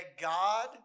God